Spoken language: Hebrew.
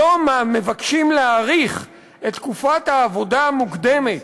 היום מבקשים להאריך את תקופת העבודה המוקדמת